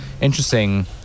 interesting